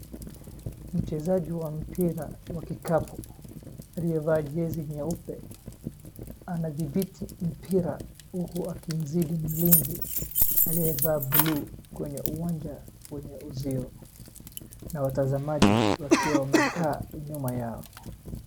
Mchezaji wa mpira wa kikapu aliyevaa jezi nyeupe anadhibiti mpira huku akimzidi mlinzi aliyevaa bluu kwenye uwanja wenye uzio na watazamaji wakiwa wamekaa nyuma yao.